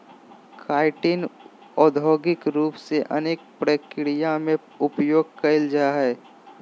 chitin औद्योगिक रूप से अनेक प्रक्रिया में उपयोग कइल जाय हइ